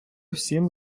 всім